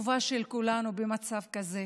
הטובה של כולנו במצב כזה.